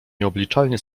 nieobliczalnie